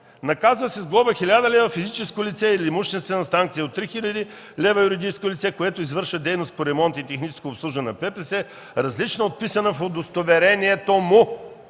„Наказва се с глоба от 1000 лв. физическо лице или имуществена санкция от 3000 лв. юридическо лице, което извършва дейност по ремонт и техническо обслужване на ППС, различна от описаната в удостоверението му”.